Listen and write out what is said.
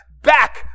back